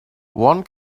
one